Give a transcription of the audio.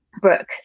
Brooke